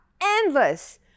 endless